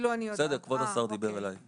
כבוד השר דיבר אליי ולא אלייך.